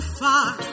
far